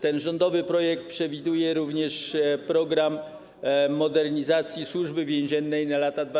Ten rządowy projekt przewiduje również program modernizacji Służby Więziennej na lata 2022–2025.